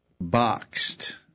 boxed